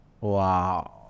Wow